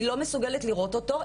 היא לא מסוגלת לראות אותו,